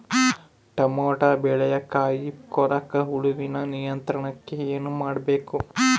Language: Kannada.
ಟೊಮೆಟೊ ಬೆಳೆಯ ಕಾಯಿ ಕೊರಕ ಹುಳುವಿನ ನಿಯಂತ್ರಣಕ್ಕೆ ಏನು ಮಾಡಬೇಕು?